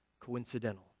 coincidental